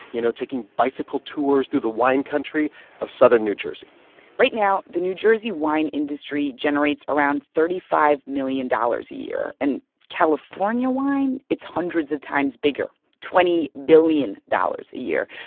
you know, taking bicycle tours through the wine country of southern new jersey right now the new jersey wine industry generates around thirty five million dollars a year. and california wine, it's hundreds of times bigger twenty billion dollars a year.